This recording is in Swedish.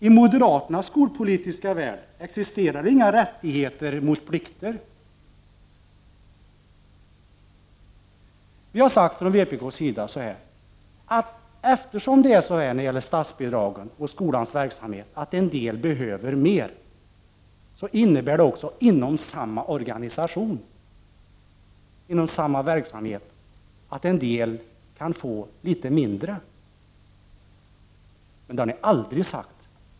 I moderaternas skolpolitiska värld existerar inga rättigheter, men däremot plikter. Vi i vpk har när det gäller statsbidragen till skolan sagt, att eftersom en del behöver mer, innebär detta också att en del inom samma organisation, samma verksamhet, kan få litet mindre. Detta har moderaterna aldrig sagt.